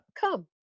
come